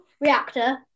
reactor